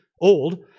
old